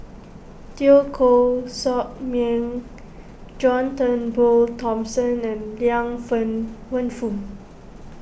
Teo Koh Sock Miang John Turnbull Thomson and Liang Fen Wenfu